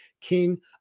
king